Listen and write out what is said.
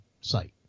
site